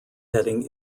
heading